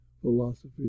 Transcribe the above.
philosophy